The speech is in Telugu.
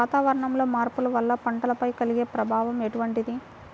వాతావరణంలో మార్పుల వల్ల పంటలపై కలిగే ప్రభావం ఎటువంటిది?